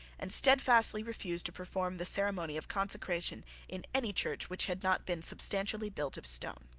and steadfastly refused to perform the ceremony of consecration in any church which had not been substantially built of stone.